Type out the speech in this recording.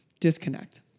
disconnect